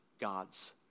God's